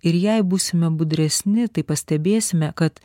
ir jei būsime budresni tai pastebėsime kad